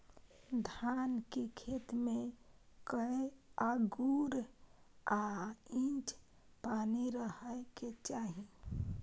धान के खेत में कैए आंगुर आ इंच पानी रहै के चाही?